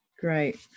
Great